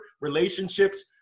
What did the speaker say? relationships